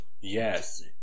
Yes